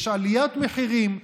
יש עליית מחירים,